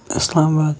اِسلام آباد